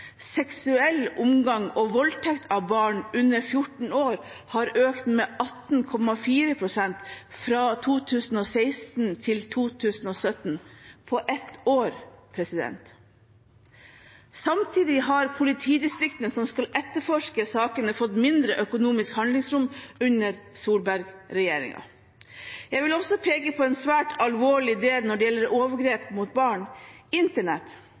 Seksuell omgang og voldtekt av barn under 14 år har økt med 18,4 pst. fra 2016 til 2017 – på ett år. Samtidig har politidistriktene, som skal etterforske sakene, fått mindre økonomisk handlingsrom under Solberg-regjeringen. Jeg vil også peke på en svært alvorlig del når det gjelder overgrep mot barn, internett.